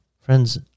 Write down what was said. Friends